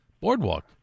boardwalk